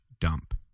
dump